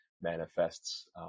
manifests